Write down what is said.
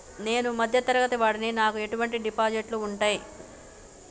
నేను మధ్య తరగతి వాడిని నాకు ఎటువంటి డిపాజిట్లు ఉంటయ్?